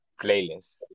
playlist